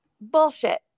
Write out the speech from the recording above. bullshit